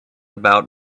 about